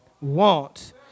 want